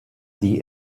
die